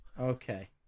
Okay